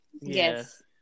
Yes